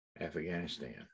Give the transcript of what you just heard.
Afghanistan